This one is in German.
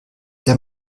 der